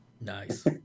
Nice